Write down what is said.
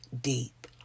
deep